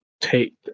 take